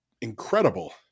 incredible